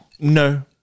no